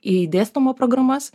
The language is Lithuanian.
į dėstomo programas